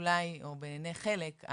אולי או בעיני חלק,